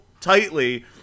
tightly